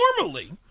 normally